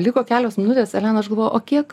liko kelios minutės ar ne nu aš galvoju o kiek